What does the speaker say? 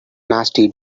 nasty